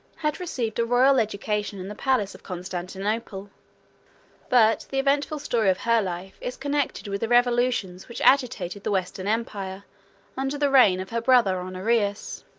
had received a royal education in the palace of constantinople but the eventful story of her life is connected with the revolutions which agitated the western empire under the reign of her brother honorius.